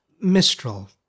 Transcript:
Mistral